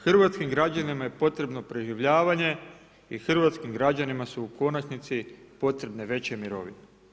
Hrvatskim građanima je potrebno preživljavanje i hrvatskim građanima su u konačnici potrebne veće mirovine.